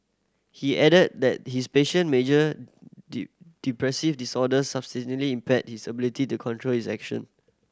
he added that his patient major depressive disorder substantially impaired his ability to control his action